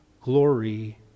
glory